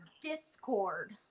discord